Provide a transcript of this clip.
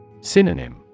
Synonym